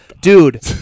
Dude